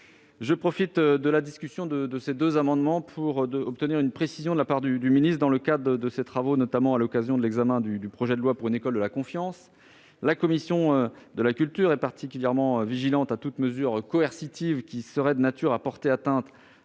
Je profite de la discussion de ces amendements pour obtenir une précision de la part de M. le ministre. Dans le cadre de ses travaux, notamment à l'occasion de l'examen du projet de loi pour une école de la confiance, la commission de la culture s'est montrée particulièrement vigilante à toute mesure coercitive qui serait de nature à porter atteinte